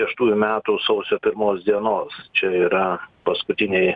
šeštųjų metų sausio pirmos dienos čia yra paskutiniai